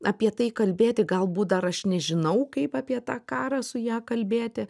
apie tai kalbėti galbūt dar aš nežinau kaip apie tą karą su ja kalbėti